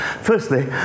Firstly